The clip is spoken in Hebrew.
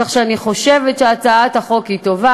כך שאני חושבת שהצעת החוק היא טובה,